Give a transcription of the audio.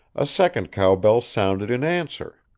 a second cowbell sounded in answer.